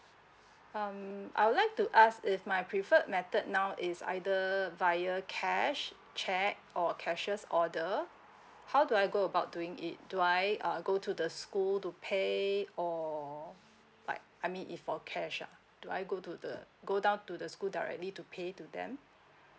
um I would like to ask if my preferred method now is either via cash cheque or cashier's order how do I go about doing it do I uh go to the school to pay or like I mean if for cash or do I go to the go down to the school directly to pay to them